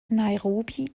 nairobi